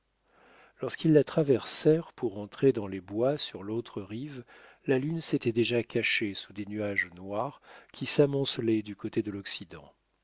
lorsqu'ils la traversèrent pour entrer dans les bois sur l'autre rive la lune s'était déjà cachée sous des nuages noirs qui s'amoncelaient du côté de l'occident